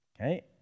Okay